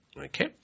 okay